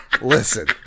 Listen